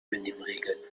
benimmregeln